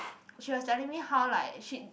she was telling me how like she